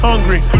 Hungry